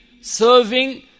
serving